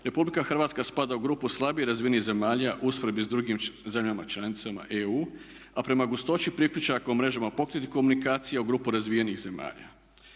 komunikacija RH spada u grupu slabije razvijenih zemalja u usporedbi s dugim zemljama članicama EU, a prema gustoći priključaka u mrežama pokretnih komunikacija u grupu razvijenih zemalja.